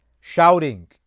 shouting